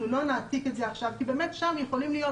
אנחנו לא נעתיק את זה עכשיו כי באמת שם יכולים להיות